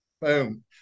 Boom